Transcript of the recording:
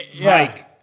Mike